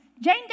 Jane